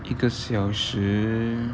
一个小时